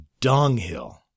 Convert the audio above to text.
dunghill